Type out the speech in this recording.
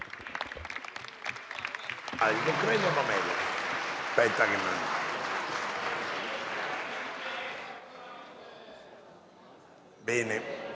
Bene,